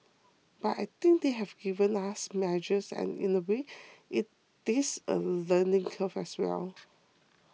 but I think they have given us measures and in a way it's a learning curve as well